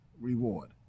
reward